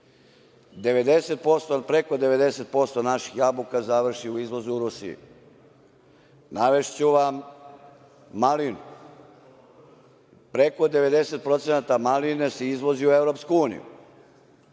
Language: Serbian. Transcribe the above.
jabukama. Preko 90% naših jabuka završi u izvozu u Rusiji. Navešću vam malinu. Preko 90% maline se izvozi u EU.